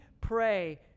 pray